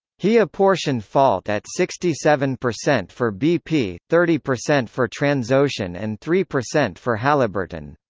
he apportioned fault at sixty seven percent for bp, thirty percent for transocean and three percent for halliburton.